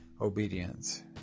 obedience